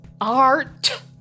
Art